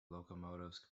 locomotives